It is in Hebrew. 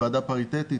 ועדה פריטטית,